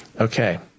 Okay